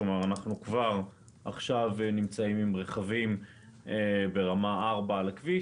כלומר כבר עכשיו אנחנו נמצאים עם רכבים ברמה 4 על הכביש.